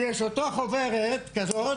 יש חוברת כזאת.